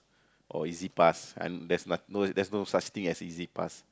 or easy pass there's no such thing as easy pass